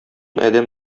адәм